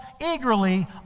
eagerly